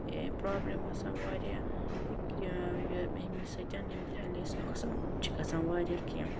A problem گَژھان واریاہ یہِ اَمی سۭتۍ یِم اَسہِ نۄقصان چھِ گَژھان واریاہ کیٚنٛہہ